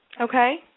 Okay